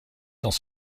dans